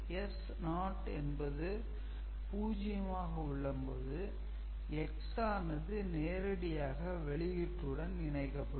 S0 என்பது 0 ஆக உள்ளபோது x ஆனது நேரடியாக வெளியீட்டுடன் இணைக்கப்படும்